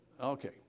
Okay